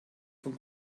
von